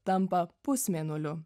tampa pusmėnuliu